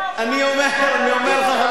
אני אומר לך,